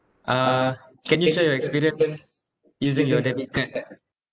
uh can you share your experience using your debit card